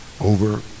over